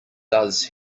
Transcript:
does